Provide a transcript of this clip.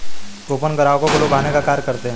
coupon ग्राहकों को लुभाने का कार्य करते हैं